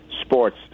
sports